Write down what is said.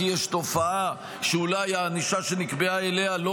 כי יש תופעה שאולי הענישה שנקבעה לה לא